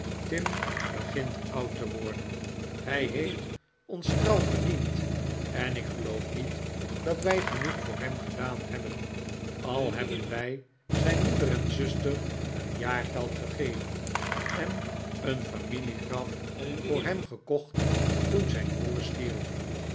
tim begint oud te worden hij heeft ons trouw gediend en ik geloof niet dat wij genoeg voor hem gedaan hebben al hebben wij zijn moeder en zuster een jaargeld gegeven en een familiegraf voor hem gekocht toen zijn broer stierf